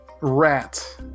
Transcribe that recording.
Rat